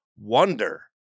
wonder